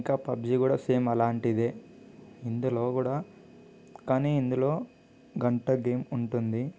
ఇంకా పబ్జి కూడా సేమ్ అలాంటిదే ఇందులో కూడా కానీ ఇందులో గంట గేమ్ ఉంటుంది